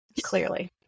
clearly